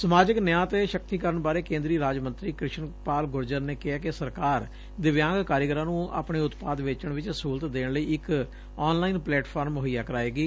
ਸਮਾਜਿਕ ਨਿਆਂ ਅਤੇ ਸ਼ਕਤੀਕਰਨ ਬਾਰੇ ਕੇ'ਦਰੀ ਰਾਜ ਮੰਤਰੀ ਕ੍ਰਿਸ਼ਨ ਪਾਲ ਗੁਰਜਰ ਨੇ ਕਿਹੈ ਕਿ ਸਰਕਾਰ ਦਿਵਿਆਂਗ ਕਾਰੀਗਰਾਂ ਨੂੰ ਆਪਣੇ ਉਤਪਾਦ ਵੇਚਣ ਵਿਚ ਸਹੁਲਤ ਦੇਣ ਲਈ ਇਕ ਆਨ ਲਾਈਨ ਪਲੇਟਫਾਰਮ ਮੁਹੱਈਆ ਕਰਾਏਗੀ